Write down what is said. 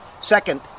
Second